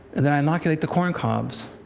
and then i inoculate the corncobs.